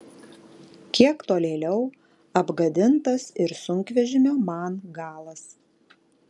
kiek tolėliau apgadintas ir sunkvežimio man galas